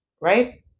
right